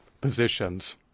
positions